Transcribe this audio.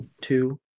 two